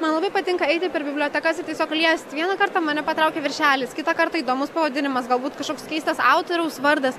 man labai patinka eiti per bibliotekas tiesiog liesti vieną kartą mane patraukia viršelis kitą kartą įdomus pavadinimas galbūt kažkoks keistas autoriaus vardas